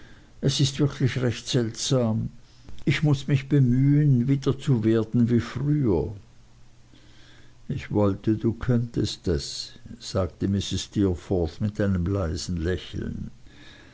es ist wirklich recht seltsam ich muß mich bemühen wieder zu werden wie früher ich wollte du könntest es sagte mrs steerforth mit einem lächeln